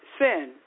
Sin